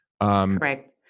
Correct